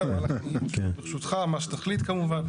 זהו, אנחנו לרשותך, מה שתחליט כמובן.